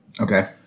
Okay